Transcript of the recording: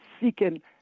seeking